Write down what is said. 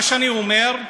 מה שאני אומר,